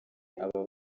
aba